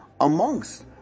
amongst